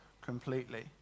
completely